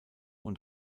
und